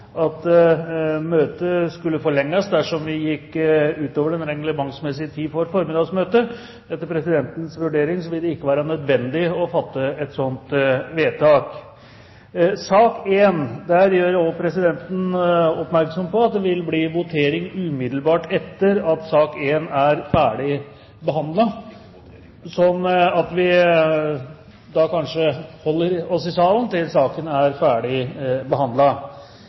at møtet skulle forlenges dersom det gikk utover den reglementsmessige tid for formiddagens møte. Etter presidentens vurdering vil det ikke være nødvendig å fatte et slikt vedtak. Presidenten gjør oppmerksom på at det vil bli votering umiddelbart etter at sak nr. 1 er ferdig, slik at vi holder oss i salen til saken er ferdig